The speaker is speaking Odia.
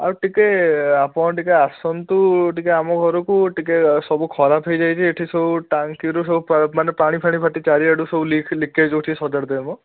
ଆଉ ଟିକେ ଆପଣ ଟିକେ ଆସନ୍ତୁ ଟିକେ ଆମ ଘରକୁ ଟିକେ ସବୁ ଖରାପ ହେଇଯାଇଛି ଏଠି ସବୁ ଟାଙ୍କିରୁ ସବୁ ମାନେ ପାଣି ଫାଣି ଫାଟି ଚାରିଆଡ଼ୁ ସବୁ ଲିକେଜ୍ ଯେଉଁଠି ସଜାଡ଼ି ଦେବେ ମ